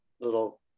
little